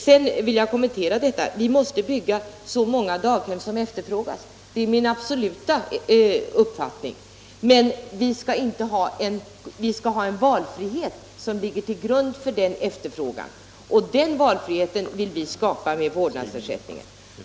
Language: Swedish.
Att vi måste bygga så många daghem som efterfrågas är min absoluta uppfattning, men vi skall ha en valfrihet som ligger till grund för denna efterfrågan, och den valfriheten vill moderaterna skapa med vårdnadsersättningen.